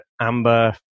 Amber